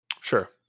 Sure